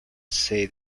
sede